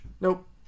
Nope